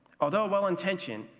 although well intentioned,